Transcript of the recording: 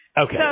okay